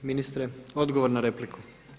Ministre odgovor na repliku.